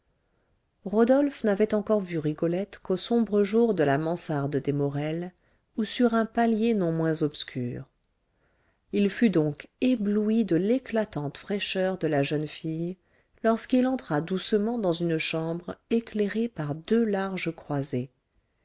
rodolphe n'avait encore vu rigolette qu'au sombre jour de la mansarde des morel ou sur un palier non moins obscur il fut donc ébloui de l'éclatante fraîcheur de la jeune fille lorsqu'il entra doucement dans une chambre éclairée par deux larges croisées